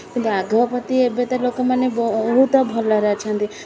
କିନ୍ତୁ ଆଗ ପ୍ରତି ଏବେ ତ ଲୋକମାନେ ବହୁତ ଭଲରେ ଅଛନ୍ତି